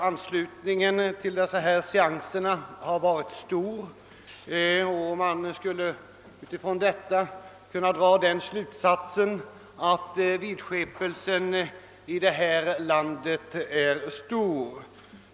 Anslutningen till seanserna har varit stor, och man skulle därav kunna dra den slutsatsen att vidskepelsen i detta land är utbredd.